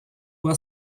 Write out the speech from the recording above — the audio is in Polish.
była